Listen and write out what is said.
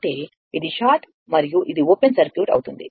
అంటే ఇది షార్ట్ మరియు ఇది ఓపెన్ సర్క్యూట్ అవుతుంది